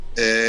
למשרד הרווחה,